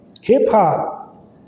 Hip-hop